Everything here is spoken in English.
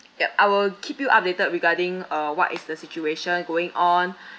ya I will keep you updated regarding uh what is the situation going on